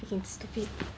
you damn stupid